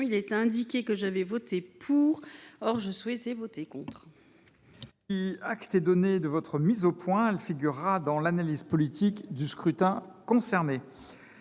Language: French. a été indiqué que j’avais voté pour. Or je souhaitais voter contre.